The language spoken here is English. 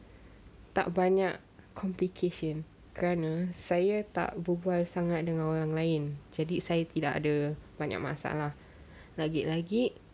tak banyak complication kerana saya tak berbual sangat dengan orang lain jadi saya tidak ada banyak masalah lagi-lagi